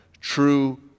true